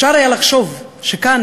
אפשר היה לחשוב שכאן,